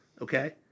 Okay